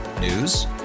News